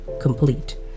complete